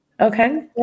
Okay